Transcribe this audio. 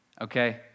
okay